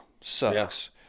sucks